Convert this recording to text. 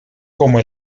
como